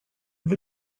have